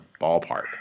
ballpark